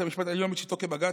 בית המשפט העליון בשבתו כבג"ץ,